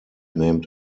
named